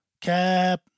cap